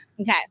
Okay